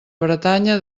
bretanya